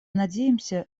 надеемся